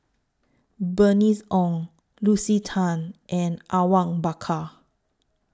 Bernice Ong Lucy Tan and Awang Bakar